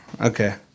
okay